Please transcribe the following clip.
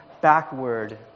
backward